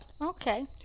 Okay